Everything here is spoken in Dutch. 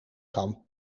kan